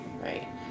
Right